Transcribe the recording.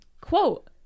quote